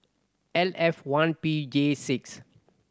L F one P J six